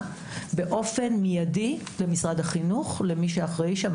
באופן מיידי למשרד החינוך למי שאחראי שם,